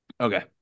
Okay